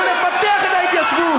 אנחנו נפתח את ההתיישבות.